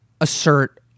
assert